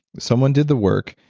someone did the work.